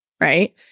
right